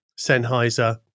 Sennheiser